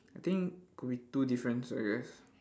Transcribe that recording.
I think could be two difference I guess